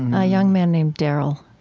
a young man named darryl.